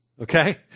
okay